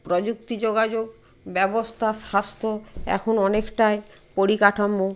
প্রযুক্তি যোগাযোগ ব্যবস্থা স্বাস্থ্য এখন অনেকটাই পরিকাঠামো